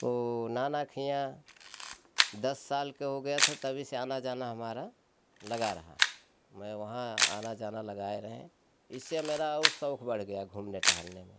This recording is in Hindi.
तो नाना के हियाँ दस साल के हो गया था तभी से आना जाना हमारा लगा रहा मैं वहाँ आना जाना लगाए रहें इससे मेरा और शौक बढ़ गया घूमने टहलने में